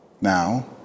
Now